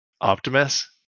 Optimus